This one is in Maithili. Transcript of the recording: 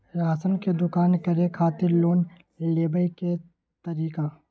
राशन के दुकान करै खातिर लोन लेबै के तरीका?